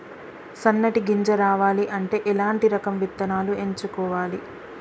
సన్నటి గింజ రావాలి అంటే ఎలాంటి రకం విత్తనాలు ఎంచుకోవాలి?